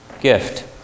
gift